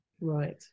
Right